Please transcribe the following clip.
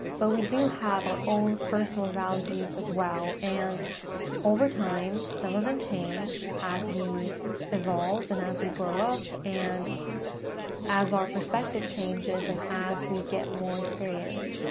but we do have our personal values as well, and over time, some of them change as we evolve, and as we grow up, and as our perspective changes and as we get more experience.